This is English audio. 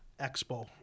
Expo